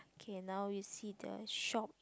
okay now we see the shop